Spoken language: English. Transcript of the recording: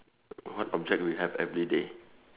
what object we have everyday